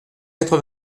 quatre